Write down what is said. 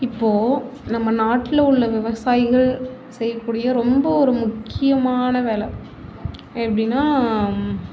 இப்போது நம்ம நாட்டில் உள்ள விவசாயிகள் செய்யக்கூடிய ரொம்ப ஒரு முக்கியமான வேலை எப்படினா